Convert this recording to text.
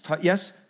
yes